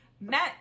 met